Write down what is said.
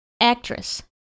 actress